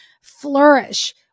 flourish